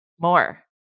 more